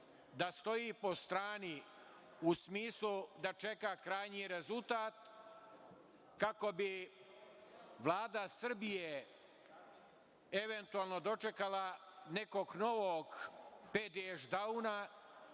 da stoji po strani u smislu da čeka krajnji rezultat kako bi Vlada Srbije eventualno dočekala nekog novog Pedija